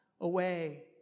away